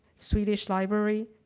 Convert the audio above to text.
swedish library,